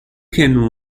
can